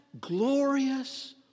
glorious